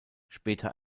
später